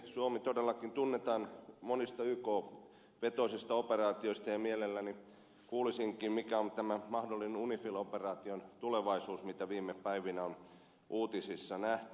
suomi todellakin tunnetaan monista yk vetoisista operaatioista ja mielelläni kuulisinkin mikä on tämä mahdollinen unifil operaation tulevaisuus mitä viime päivinä on uutisissa nähty